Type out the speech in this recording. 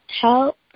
help